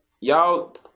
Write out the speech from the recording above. y'all